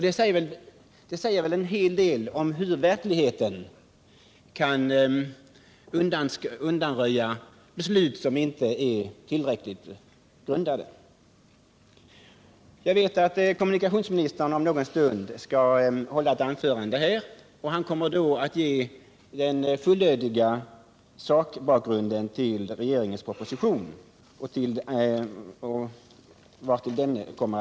Detta säger väl en hel del om hur verkligheten kan förändra beslut som inte är tillräckligt väl underbyggda. Jag vet att kommunikationsministern om en stund skall hålla ett anförande, varvid han ingående kommer att tala om bakgrunden till propositionen och om dess syften.